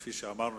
כפי שאמרנו,